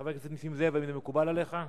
חבר הכנסת נסים זאב, האם זה מקובל עליך?